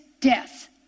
death